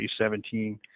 2017